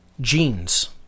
genes